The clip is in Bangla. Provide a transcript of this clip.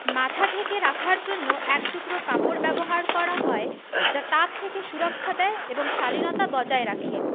মাথা ঢেকে রাখার জন্য এক টুকরো কাপড় ব্যবহার করা হয় যা তাপ থেকে সুরক্ষা দেয় এবং শালীনতা বজায় রাখে